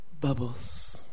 bubbles